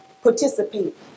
participate